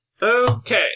Okay